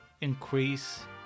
increase